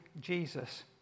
Jesus